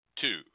two